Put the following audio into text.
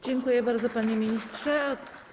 Dziękuję bardzo, panie ministrze.